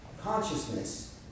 consciousness